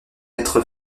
être